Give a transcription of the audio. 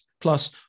plus